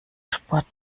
sport